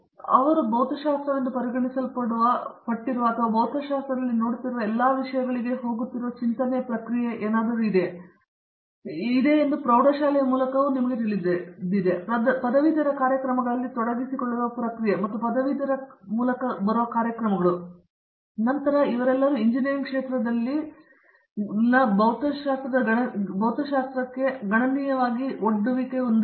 ಆದ್ದರಿಂದ ಅವುಗಳು ಭೌತಶಾಸ್ತ್ರವೆಂದು ಪರಿಗಣಿಸಲ್ಪಟ್ಟಿರುವ ಅಥವಾ ಭೌತಶಾಸ್ತ್ರದಲ್ಲಿ ನಾವು ನೋಡುತ್ತಿರುವ ಎಲ್ಲಾ ವಿಷಯಗಳಿಗೆ ಹೋಗುತ್ತಿರುವ ಚಿಂತನೆಯ ಪ್ರಕ್ರಿಯೆ ಎಂದು ಪ್ರೌಢಶಾಲೆಯ ಮೂಲಕವೂ ನಿಮಗೆ ಚೆನ್ನಾಗಿ ತಿಳಿದಿದೆ ಪದವೀಧರ ಕಾರ್ಯಕ್ರಮಗಳಲ್ಲಿ ತೊಡಗಿಸಿಕೊಳ್ಳುವ ಪ್ರಕ್ರಿಯೆ ಮತ್ತು ಪದವೀಧರರ ಮೂಲಕ ಕಾರ್ಯಕ್ರಮಗಳು ಇವರೆಲ್ಲರೂ ಎಂಜಿನಿಯರಿಂಗ್ ಕ್ಷೇತ್ರದಲ್ಲಿನ ಭೌತಶಾಸ್ತ್ರಕ್ಕೆ ಗಣನೀಯವಾಗಿ ಒಡ್ಡುವಿಕೆಯನ್ನು ಹೊಂದಿದ್ದಾರೆ